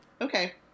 okay